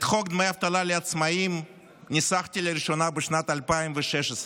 את חוק דמי אבטלה לעצמאים ניסחתי לראשונה בשנת 2016,